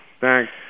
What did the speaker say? Thanks